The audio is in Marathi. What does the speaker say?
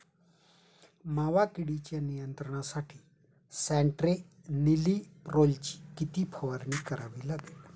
मावा किडीच्या नियंत्रणासाठी स्यान्ट्रेनिलीप्रोलची किती फवारणी करावी लागेल?